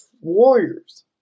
Warriors